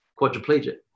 quadriplegic